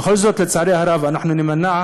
בכל זאת, לצערי הרב, נימנע,